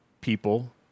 people